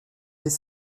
dès